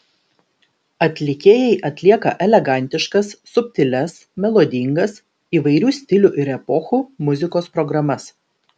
atlikėjai atlieka elegantiškas subtilias melodingas įvairių stilių ir epochų muzikos programas